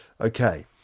okay